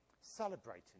celebrating